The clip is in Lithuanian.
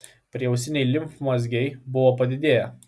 prieausiniai limfmazgiai buvo padidėję